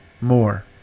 more